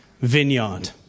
vineyard